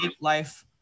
life